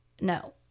No